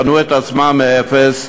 בנו את עצמם מאפס.